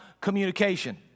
communication